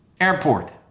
airport